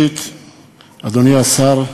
אדוני השר,